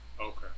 Okay